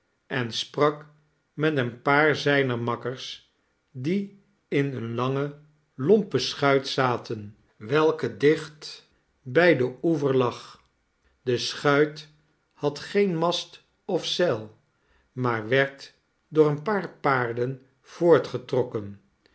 en sprak met een paar zijner makkers die in eene lange lompe schuit zaten welke dicht bij den oever lag de schuit had geen mast of zeil maar werd door een paar paarden